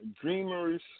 dreamers